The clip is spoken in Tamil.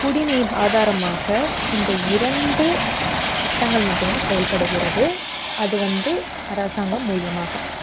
குடிநீர் ஆதாரமாக இந்த இரண்டு திட்டங்கள் மட்டுமே செயல்படுகிறது அது வந்து அரசாங்கம் மூலயமாக